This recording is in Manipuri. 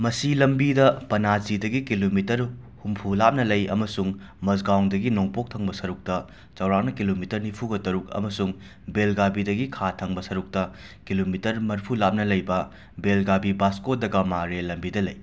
ꯃꯁꯤ ꯂꯝꯕꯤꯗ ꯄꯥꯅꯥꯖꯤꯗꯒꯤ ꯀꯤꯂꯣꯃꯤꯇꯔ ꯍꯨꯝꯐꯨ ꯂꯥꯞꯅ ꯂꯩ ꯑꯃꯁꯨꯡ ꯃꯖꯒꯥꯎꯟꯗꯒꯤ ꯅꯣꯡꯄꯣꯛ ꯊꯪꯕ ꯁꯔꯨꯛꯇ ꯆꯥꯎꯔꯥꯛꯅ ꯀꯤꯂꯣꯃꯤꯇꯔ ꯅꯤꯐꯨꯒ ꯇꯔꯨꯛ ꯑꯃꯁꯨꯡ ꯕꯦꯜꯒꯥꯚꯤꯗꯒꯤ ꯈꯥ ꯊꯪꯕ ꯁꯔꯨꯛꯇ ꯀꯤꯂꯣꯃꯤꯇꯔ ꯃꯔꯐꯨ ꯂꯥꯞꯅ ꯂꯩꯕ ꯕꯦꯜꯒꯥꯕꯤ ꯕꯥꯁꯀꯣ ꯗ ꯒꯃꯥ ꯔꯦꯜ ꯂꯦꯝꯕꯤꯗ ꯂꯩ